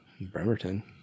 Bremerton